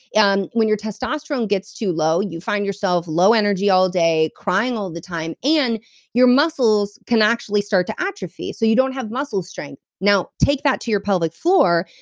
yeah and when your testosterone gets too low, you find yourself low energy all day, crying all the time, and your muscles can actually start to atrophy. so you don't have muscle strength now, take that to your pelvic floor,